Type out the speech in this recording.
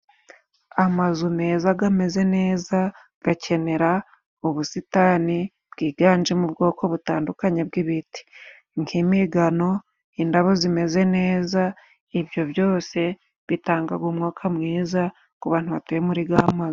Amazu meza gameze neza, gakenera ubusitani bwiganjemo ubwoko butandukanye bw'ibiti, nk'igano, indabo zimeze neza, ibyo byose bitangaga umwuka mwiza kubantu batuye muri g'amazu.